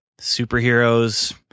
superheroes